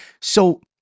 So-